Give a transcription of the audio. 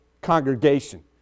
congregation